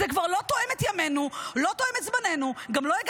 זה כבר לא תואם את ימינו, לא תואם את זמננו.